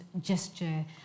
gesture